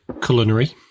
culinary